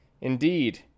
Indeed